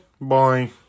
Bye